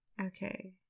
Okay